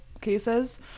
cases